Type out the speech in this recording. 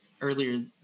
earlier